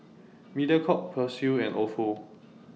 Mediacorp Persil and Ofo